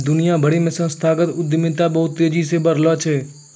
दुनिया भरि मे संस्थागत उद्यमिता बहुते तेजी से बढ़लो छै